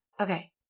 Okay